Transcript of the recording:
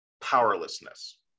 powerlessness